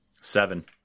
Seven